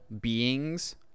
beings